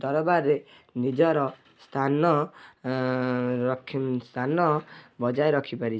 ଦରବାରରେ ନିଜର ସ୍ଥାନ ରଖି ସ୍ଥାନ ବଜାୟ ରଖି ପାରିଛି